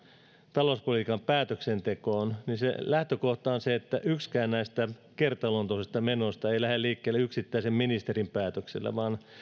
talouspolitiikan päätöksentekoon se lähtökohta on se että yksikään näistä kertaluonteisista menoista ei lähde liikkeelle yksittäisen ministerin päätöksellä vaan